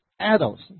adults